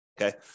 okay